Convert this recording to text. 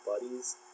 buddies